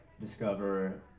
discover